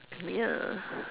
ya